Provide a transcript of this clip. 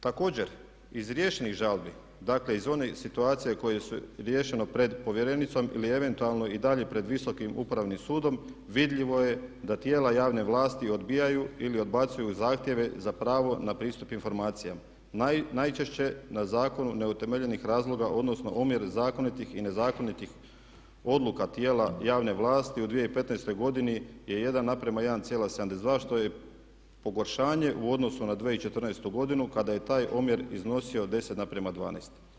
Također iz riješenih žalbi, dakle iz onih situacija koje su riješene pred povjerenicom ili eventualno i dalje pred Visokim upravnim sudom vidljivo je da tijela javne vlasti odbijaju ili odbacuju zahtjeve za pravo na pristup informacijama najčešće na zakonu neutemeljenih razloga, odnosno omjer zakonitih i nezakonitih odluka tijela javne vlasti u 2015. godini je 1:1,72 što je pogoršanje u odnosu na 2014. godinu kada je taj omjer iznosio 10:12.